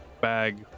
bag